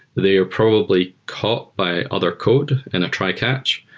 they are probably caught by other code in a tri-catch.